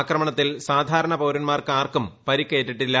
ആക്രമണത്തിൽ സാധാരണ പൌരന്മാർക്ക് ആർക്കും പരിക്കേറ്റിട്ടില്ല